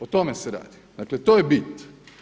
O tome se radi, dakle to je bit.